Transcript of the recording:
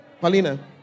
Paulina